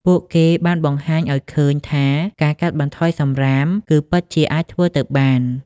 ពួកគេបានបង្ហាញឱ្យឃើញថាការកាត់បន្ថយសំរាមគឺពិតជាអាចធ្វើទៅបាន។